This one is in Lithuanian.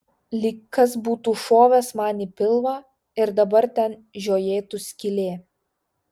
lyg kas būtų šovęs man į pilvą ir dabar ten žiojėtų skylė